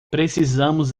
precisamos